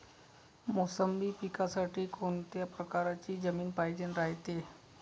मोसंबी पिकासाठी कोनत्या परकारची जमीन पायजेन रायते?